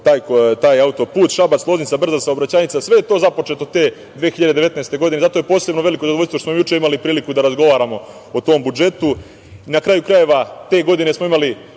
taj auto put. Šabac – Loznica brza saobraćajnica, sve je to započeto te 2019. godine. Zato je posebno veliko zadovoljstvo što smo juče imali priliku da razgovaramo o tom budžetu. Na kraju krajeva, te godine smo imali